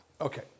Okay